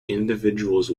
individuals